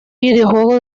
videojuego